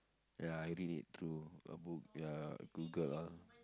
ya I read it through a book ya Google lah